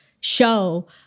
show